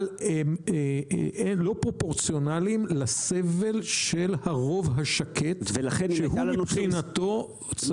אבל הם לא פרופורציונליים לסבל של הרוב השקט שהוא מבחינתו צריך מהירות.